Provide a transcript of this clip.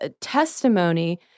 testimony